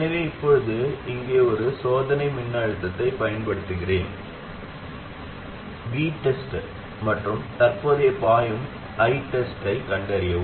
எனவே இப்போது இங்கே ஒரு சோதனை மின்னழுத்தத்தைப் பயன்படுத்துகிறேன் VTEST மற்றும் தற்போதைய பாயும் ITEST ஐக் கண்டறியவும்